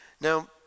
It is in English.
Now